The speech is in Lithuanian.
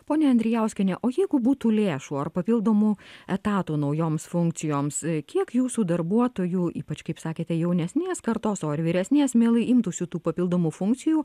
ponia andrijauskiene o jeigu būtų lėšų ar papildomų etatų naujoms funkcijoms kiek jūsų darbuotojų ypač kaip sakėte jaunesnės kartos o ir vyresnės mielai imtųsi tų papildomų funkcijų